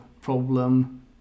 problem